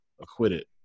acquitted